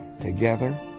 Together